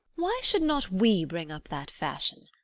why should not we bring up that fashion?